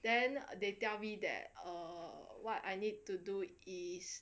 then they tell me that err what I need to do is